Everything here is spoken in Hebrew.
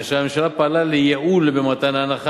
כאשר הממשלה פעלה לייעול במתן ההנחה